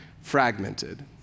fragmented